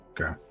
Okay